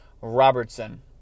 Robertson